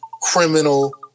criminal